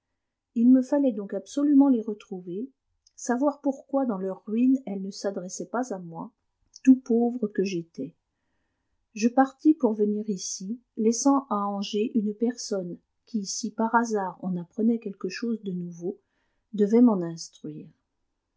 il me fallait donc absolument les retrouver savoir pourquoi dans leur ruine elles ne s'adressaient pas à moi tout pauvre que j'étais je partis pour venir ici laissant à angers une personne qui si par hasard on apprenait quelque chose de nouveau devait m'en instruire